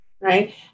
right